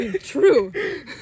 True